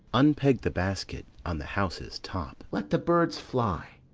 unpeg the basket on the house's top, let the birds fly,